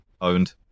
Owned